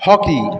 hockey